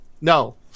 no